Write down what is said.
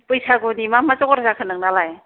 बैसागुनि मा मा जगार जाखो नोंनालाय